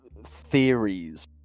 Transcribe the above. theories